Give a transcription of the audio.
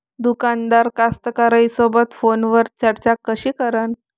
दुकानदार कास्तकाराइसोबत फोनवर चर्चा कशी करन?